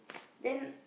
then